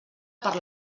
per